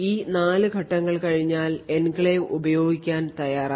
ഈ 4 ഘട്ടങ്ങൾ കഴിഞ്ഞാൽ എൻക്ലേവ് ഉപയോഗിക്കാൻ തയ്യാറായി